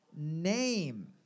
Name